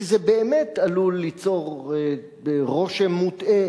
כי זה באמת עלול ליצור רושם מוטעה